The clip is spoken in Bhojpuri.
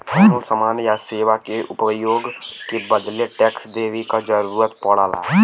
कउनो समान या सेवा के उपभोग के बदले टैक्स देवे क जरुरत पड़ला